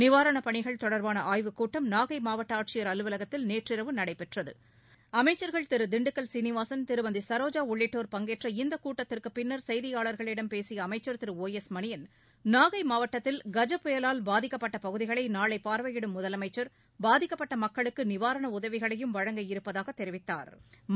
நிவாரணப் பணிகள் தொடர்பான ஆய்வுக்கூட்டம் நாகை மாவட்ட ஆட்சியர் அலுவலகத்தில் நேற்றிரவு நடைபெற்றது அமைச்சா்கள் திரு திண்டுக்கல் சீனிவாசன் திருமதி சரோஜா உள்ளிட்டோர் பங்கேற்ற இந்தக் கூட்டத்திற்குப் பின்னா் செய்தியாளா்களிடம் பேசிய அமைச்சா் திரு ஓ எஸ் மணியள் நாகை மாவட்டத்தில் கஜ புயல் பாதித்த பகுதிகளை நாளை பார்வையிடும் முதலமைச்சர் பாதிக்கப்பட்ட மக்களுக்கு நிவாரண உதவிகளையும் வழங்க இருப்பதாக தெரிவித்தாா்